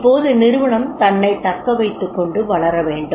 இப்போது நிறுவனம் தன்னைத் தக்கவைத்துக்கொண்டு வளர வேண்டும்